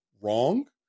wrong